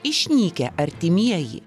išnykę artimieji